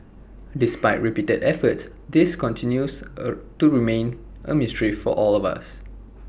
despite repeated efforts this continues to remain A mystery to us all